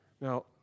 Now